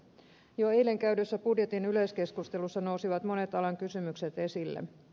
jo eilen käydyssä budjetin yleiskeskustelussa nousivat monet alan kysymykset esille